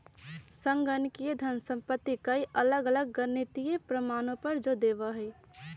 संगणकीय धन संपत्ति कई अलग अलग गणितीय प्रमाणों पर जो देवा हई